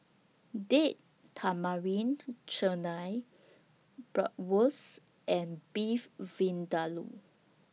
Date Tamarind Chutney Bratwurst and Beef Vindaloo